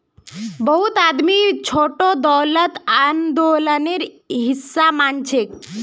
बहुत आदमी छोटो दौलतक आंदोलनेर हिसा मानछेक